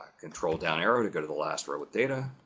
control down arrow to go to the last row with data,